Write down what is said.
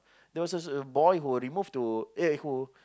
there was just a boy who was removed to eh who